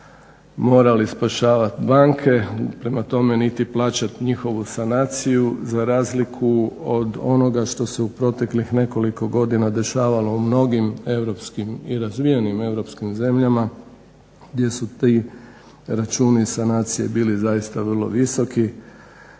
morali spašavati banke prema tome niti plaćati njihovu sanaciju za razliku od onoga što se u proteklih nekoliko godina dešava gdje su ti računi i sanacije bili zaista vrlo visoki,